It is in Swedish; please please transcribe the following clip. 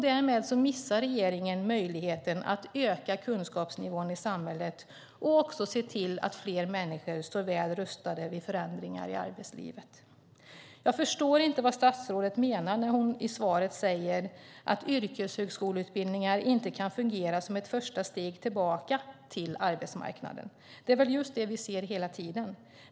Därmed missar regeringen möjligheten att öka kunskapsnivån i samhället och se till att fler människor står väl rustade vid förändringar i arbetslivet. Jag förstår inte vad statsrådet menar när hon i svaret säger att yrkeshögskoleutbildningar inte kan fungera som ett första steg tillbaka till arbetsmarknaden. Det är väl just det vi ser hela tiden?